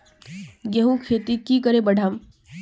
गेंहू खेती की करे बढ़ाम?